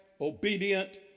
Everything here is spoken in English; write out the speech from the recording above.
obedient